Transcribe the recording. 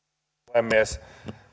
puhemies